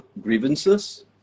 grievances